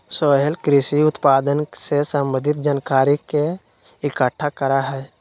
सोहेल कृषि उत्पादन से संबंधित जानकारी के इकट्ठा करा हई